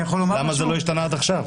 למה זה לא השתנה עד עכשיו?